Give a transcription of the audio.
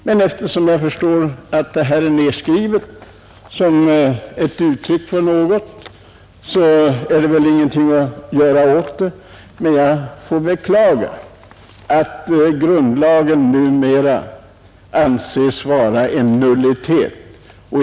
Men eftersom jag förstår att denna rätt att processa gentemot kronan anses föreligga, är det väl ingenting att göra åt saken. Jag beklagar bara att grundlagen numera anses vara en nullitet.